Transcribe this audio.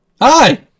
Hi